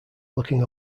looking